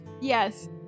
Yes